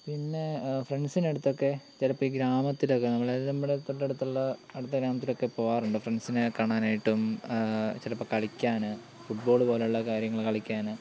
പിന്നെ ഫ്രണ്ട്സിനടുത്തൊക്കെ ചിലപ്പോൾ ഈ ഗ്രാമത്തിലൊക്കെ നമ്മൾ അതായത് നമ്മുടെ തൊട്ട് അടുത്ത ഗ്രാമത്തിലൊക്കെ പോകാറുണ്ട് ഫ്രണ്ട്സിനെ കാണാനായിട്ടും ചിലപ്പോൾ കളിക്കാൻ ഫുട്ബോൾ പോലെയുള്ള കാര്യങ്ങൾ കളിക്കാൻ